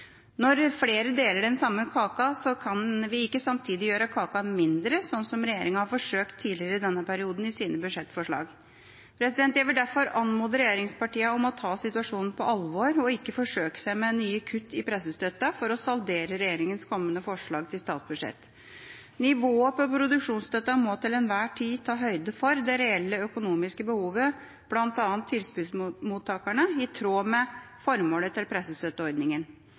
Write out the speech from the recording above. Når flere deler den samme kaka, kan vi ikke samtidig gjøre kaka mindre, sånn som regjeringa har forsøkt tidligere i denne perioden i sine budsjettforslag. Jeg vil derfor anmode regjeringspartiene om å ta situasjonen på alvor og ikke forsøke seg med nye kutt i pressestøtten for å saldere regjeringas kommende forslag til statsbudsjett. Nivået på produksjonsstøtten må til enhver tid ta høyde for det reelle økonomiske behovet blant tilskuddsmottakerne, i tråd med formålet til pressestøtteordningen.